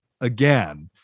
again